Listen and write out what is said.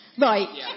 Right